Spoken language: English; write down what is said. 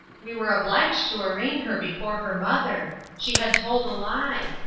we were obliged to arraign her before her mother. she had told a lie.